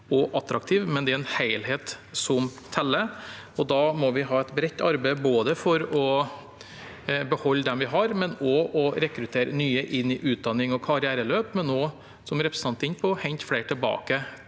og attraktive, men det er en helhet som teller. Da må vi ha et bredt arbeid både for å beholde dem vi har, for å rekruttere nye inn i utdannings- og karriereløp, og også, som representanten er inne på, for å hente flere tilbake